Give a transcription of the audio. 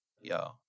Yo